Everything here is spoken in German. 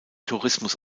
tourismus